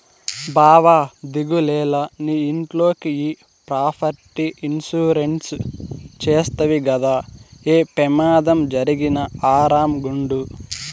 బావా దిగులేల, నీ ఇంట్లోకి ఈ ప్రాపర్టీ ఇన్సూరెన్స్ చేస్తవి గదా, ఏ పెమాదం జరిగినా ఆరామ్ గుండు